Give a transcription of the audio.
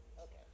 Okay